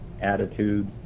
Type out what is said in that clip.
attitude